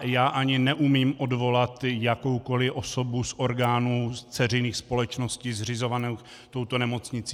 Já ani neumím odvolat jakoukoli osobu z orgánů dceřiných společností zřizovaných touto nemocnicí.